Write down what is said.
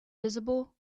visible